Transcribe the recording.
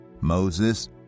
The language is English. Moses